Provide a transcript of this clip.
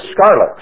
scarlet